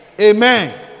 Amen